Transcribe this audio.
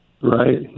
Right